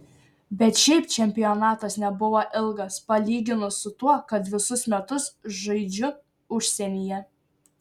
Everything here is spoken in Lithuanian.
bet šiaip čempionatas nebuvo ilgas palyginus su tuo kad visus metus žaidžiu užsienyje